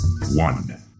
one